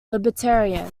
libertarian